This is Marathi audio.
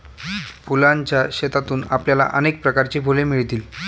फुलांच्या शेतातून आपल्याला अनेक प्रकारची फुले मिळतील